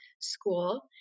school